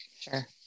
Sure